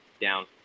down